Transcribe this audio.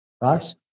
right